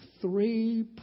three